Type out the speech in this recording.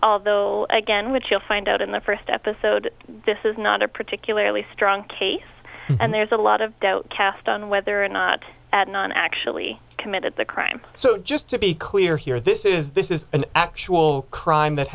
although again which you'll find out in the first episode this is not a particularly strong case and there's a lot of dough cast on whether or not non actually committed the crime so just to be clear here this is this is an actual crime that